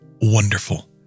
Wonderful